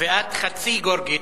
ואת חצי גאורגית,